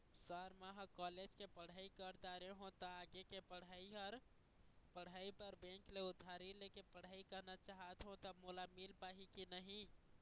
Sir म ह college के पढ़ाई कर दारें हों ता आगे के पढ़ाई बर बैंक ले उधारी ले के पढ़ाई करना चाहत हों ता मोला मील पाही की नहीं?